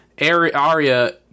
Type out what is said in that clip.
Arya